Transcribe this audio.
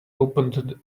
opened